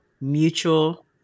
mutual